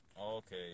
Okay